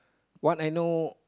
what I know